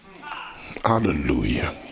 Hallelujah